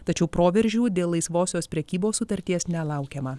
tačiau proveržių dėl laisvosios prekybos sutarties nelaukiama